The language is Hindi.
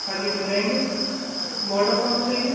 हाँ जी मिल जाएँगे बॉर्डर कौनसा चाहिए